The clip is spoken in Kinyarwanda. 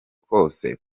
kose